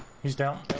is down